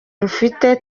rufite